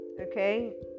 okay